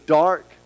dark